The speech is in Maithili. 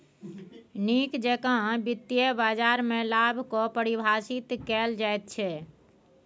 नीक जेकां वित्तीय बाजारमे लाभ कऽ परिभाषित कैल जाइत छै